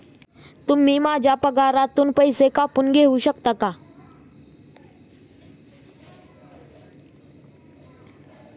तुम्ही माझ्या पगारातून पैसे कापून घेऊ शकता का?